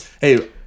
Hey